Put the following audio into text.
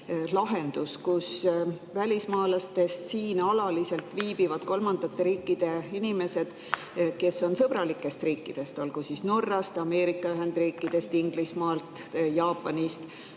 lahendus, et need välismaalased ehk siin alaliselt viibivad kolmandate riikide inimesed, kes on sõbralikest riikidest, olgu Norrast, Ameerika Ühendriikidest, Inglismaalt või Jaapanist,